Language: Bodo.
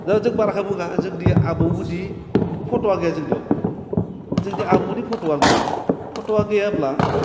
दा जों बाराखौ बुङा जोंनि आबौमोननि फट'वा गैया जोंनियाव जोंनि आबौनि फट'वा गैया फट'वा गैयाब्ला